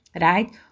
right